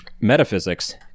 metaphysics